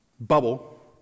bubble